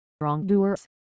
wrongdoers